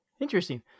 interesting